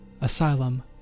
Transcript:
Asylum